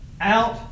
out